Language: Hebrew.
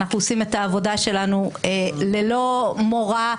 אנחנו עושים את העבודה שלנו ללא מורא,